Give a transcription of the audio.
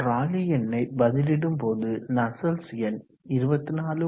ராலி எண்ணை பதிலிடும் போது நஸ்சல்ட்ஸ் எண் 24